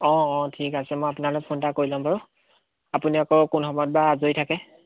অঁ অঁ ঠিক আছে মই আপোনালৈ ফোন এটা কৰি লম বাৰু আপুনি অকৌ কোন সময়ত বা আজৰি থাকে